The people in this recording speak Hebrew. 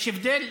יש הבדל?